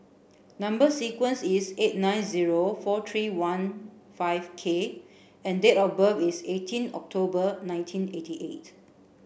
number sequence is eight nine zero four three one five K and date of birth is eighteen October nineteen eighty eight